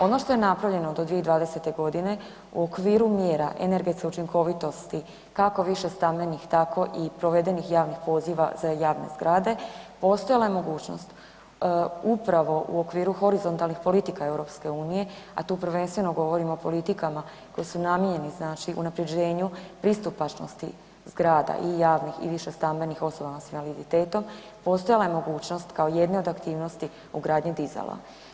Ono što je napravljeno do 2020.g. u okviru mjera energetske učinkovitosti kako višestambenih tako i provedenih javnih poziva za javne zgrade, postojala je mogućnost upravo u okviru horizontalnih politika EU, a tu prvenstveno govorimo o politikama koje su namijenjeni, znači unapređenju pristupačnosti zgrada i javnih i višestambenih osobama s invaliditetom, postojala je mogućnost kao jedne od aktivnosti ugradnje dizala.